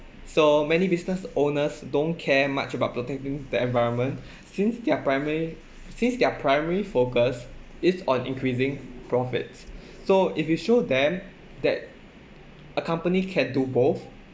so many business owners don't care much about protecting the environment since their primary since their primary focus is on increasing profits so if you show them that a company can do both